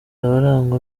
abarangwa